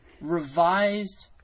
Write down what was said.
revised